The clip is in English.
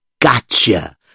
Gotcha